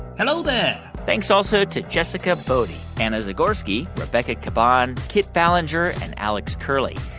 hello there thanks also to jessica boddy, anna zagorski, rebecca caban, kit ballenger and alex curley.